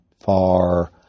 far